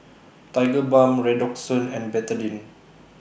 Tigerbalm Redoxon and Betadine